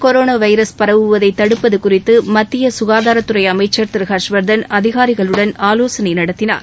corona virus பரவுவதை தடுப்பது குறித்து மத்திய சுகாதாரத்துறை அமைச்சர் திரு ஹர்ஷ்வர்தன் அதிகாரிகளுடன் ஆலோசனை நடத்தினார்